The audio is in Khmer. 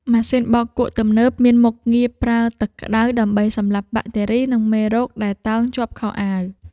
ម៉ាស៊ីនបោកគក់ទំនើបមានមុខងារប្រើទឹកក្តៅដើម្បីសម្លាប់បាក់តេរី និងមេរោគដែលតោងជាប់ខោអាវ។